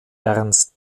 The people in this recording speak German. ernst